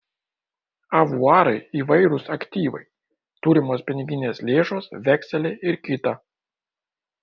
avuarai įvairūs aktyvai turimos piniginės lėšos vekseliai ir kita